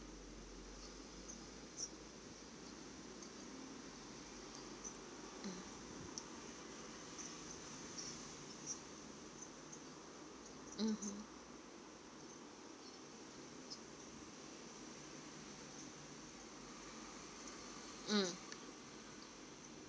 mmhmm mm